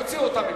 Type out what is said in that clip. תוציאו אותם מפה.